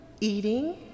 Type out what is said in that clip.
eating